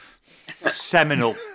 Seminal